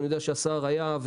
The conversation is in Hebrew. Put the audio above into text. אני יודע שהשר היה,